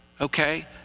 okay